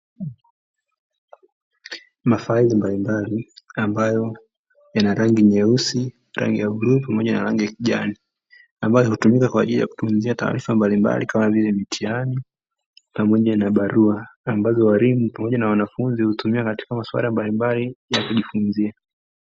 Mafaili mbali mbali ambayo yana rangi nyeusi, rangi ya bluu pamoja na rangi ya kijani ambazo hutumika kwa ajili ya kutunzia taarifa mbali mbali kama vile mitihani pamoja na barua ambazo walimu pamoja na wanafunzi hutumia katika maswala mbali mbali kujifunzia.